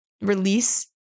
release